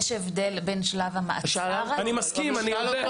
יש הבדל בין שלב המעצר למאסר.